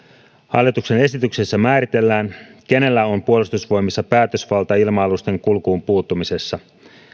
hallituksen esityksessä määritellään kenellä on puolustusvoimissa päätösvalta ilma alusten kulkuun puuttumisessa